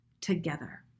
together